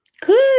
good